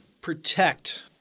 protect